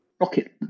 rocket